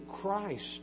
Christ